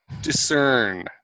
discern